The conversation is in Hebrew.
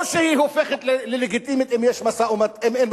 לא שהיא הופכת ללגיטימית אם אין משא-ומתן,